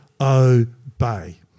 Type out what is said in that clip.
obey